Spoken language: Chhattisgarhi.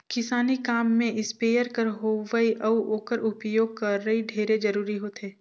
किसानी काम में इस्पेयर कर होवई अउ ओकर उपियोग करई ढेरे जरूरी होथे